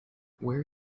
where